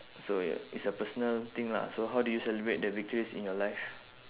so ya it's a personal thing lah so how do you celebrate the victories in your life